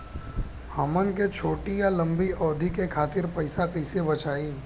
हमन के छोटी या लंबी अवधि के खातिर पैसा कैसे बचाइब?